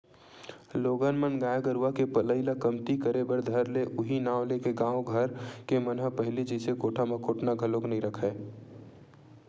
लोगन मन गाय गरुवा के पलई ल कमती करे बर धर ले उहीं नांव लेके गाँव घर के मन ह पहिली जइसे कोठा म कोटना घलोक नइ रखय